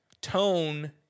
tone